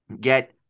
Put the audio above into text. get